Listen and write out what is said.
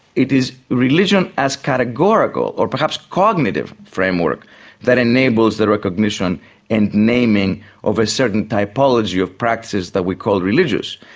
it is religion as categorical or perhaps cognitive framework that enables the recognition and naming of a certain typology of practices that we call religious,